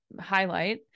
highlight